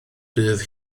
bydd